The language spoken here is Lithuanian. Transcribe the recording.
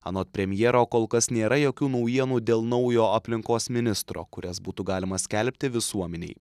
anot premjero kol kas nėra jokių naujienų dėl naujo aplinkos ministro kurias būtų galima skelbti visuomenei